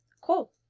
Cool